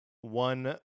One